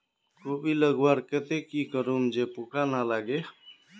कोबी लगवार केते की करूम जे पूका ना लागे?